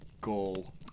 goal